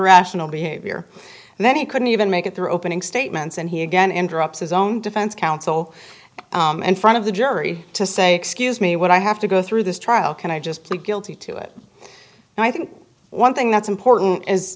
irrational behavior that he couldn't even make it through opening statements and he again and drops his own defense counsel in front of the jury to say excuse me what i have to go through this trial can i just plead guilty to it and i think one thing that's important is